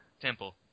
Temple